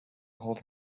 hold